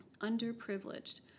underprivileged